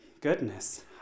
goodness